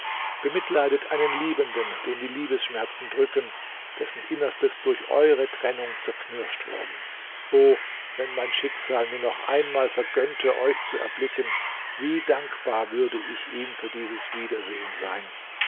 bemitleidet einen liebenden den die liebesschmerzen drücken dessen innerstes durch eure trennung zerknirscht worden o wenn mein schicksal mir noch einmal vergönnte euch zu erblicken wie dankbar würde ich ihm für dieses wiedersehen sein